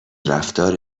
رفتار